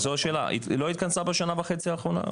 זו השאלה, לא התכנסה הוועדה בשנה וחצי האחרונה?